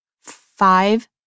five